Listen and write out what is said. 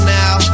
now